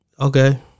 Okay